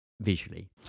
visually